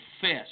fist